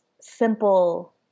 simple